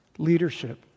leadership